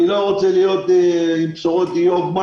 אני לא רוצה להיות עם בשורות איוב מה